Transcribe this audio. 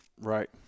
Right